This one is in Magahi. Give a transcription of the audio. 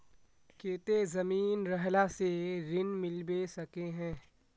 केते जमीन रहला से ऋण मिलबे सके है?